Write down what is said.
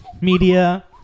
media